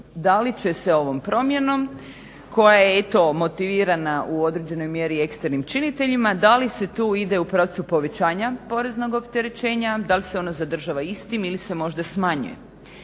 da li će se ovom promjenom koja je eto motivirana u određenoj mjeri ekstremnim činiteljima, da li se tu ide u pravcu povećanja poreznog opterećenja, da li se ono zadržava istim ili se možda smanjuje.